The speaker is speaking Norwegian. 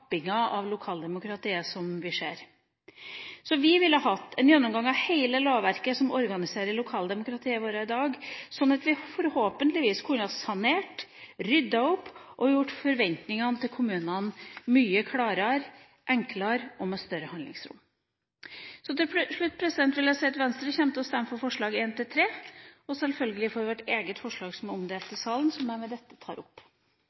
tappinga av lokaldemokratiet som vi ser. Vi ville hatt en gjennomgang av hele lovverket som organiserer lokaldemokratiet vårt i dag, sånn at vi forhåpentligvis kunne sanert, ryddet opp og gjort forventningene til kommunene mye klarere, enklere og med større handlingsrom. Til slutt vil jeg si at Venstre kommer til å stemme for forslagene nr. 1–3 og selvfølgelig for vårt eget forslag, som er omdelt i salen, og som jeg med dette tar opp.